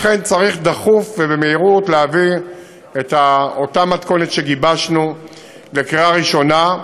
לכן צריך בדחיפות ובמהירות להביא את אותה מתכונת שגיבשנו לקריאה ראשונה.